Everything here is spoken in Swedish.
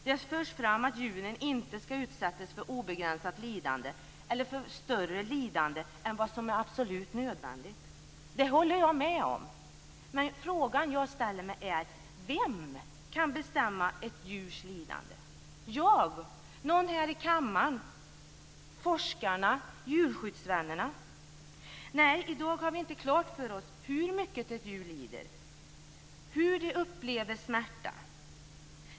Det förs fram att djuren inte skall utsättas för obegränsat lidande eller för större lidande än vad som är absolut nödvändigt. Det håller jag med om. Men frågan jag ställer mig är vem som kan avgöra hur mycket ett djur lider. Är det jag, någon här i kammaren, forskarna eller djurskyddsvännerna? Nej, vi har i dag inte klart för oss hur mycket ett djur lider eller hur det upplever smärta.